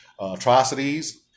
atrocities